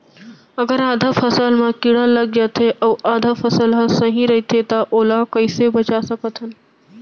अगर आधा फसल म कीड़ा लग जाथे अऊ आधा फसल ह सही रइथे त ओला कइसे बचा सकथन?